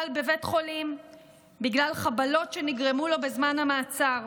בבית חולים בגלל חבלות שנגרמו לו בזמן המעצר.